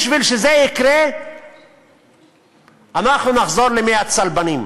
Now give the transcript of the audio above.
בשביל שזה יקרה אנחנו נחזור לימי הצלבנים,